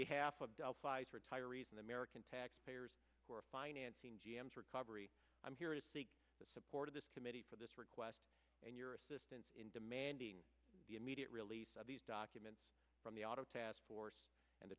behalf of delphi's retirees and american taxpayers who are financing g m s recovery i'm here to seek the support of this committee for this request and your assistance in demanding the immediate release of these documents from the auto task force and the